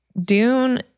Dune